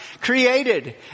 created